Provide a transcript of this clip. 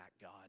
God